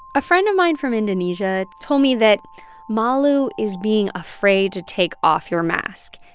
a friend of mine from indonesia told me that malu is being afraid to take off your mask.